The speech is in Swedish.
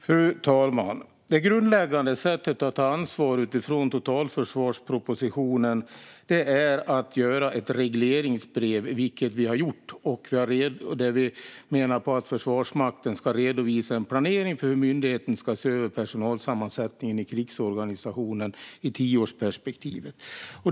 Fru talman! Det grundläggande sättet att ta ansvar utifrån totalförsvarspropositionen är att skriva ett regleringsbrev, vilket vi har gjort. Vi menar att Försvarsmakten ska redovisa en planering för hur myndigheten ska se över personalsammansättningen i krigsorganisationen i tioårsperspektivet.